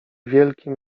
wielkim